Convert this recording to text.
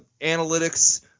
analytics